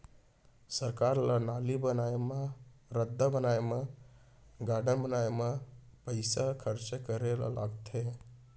सरकार ल नाली बनाए म, रद्दा बनाए म, गारडन बनाए म पइसा खरचा करे ल परथे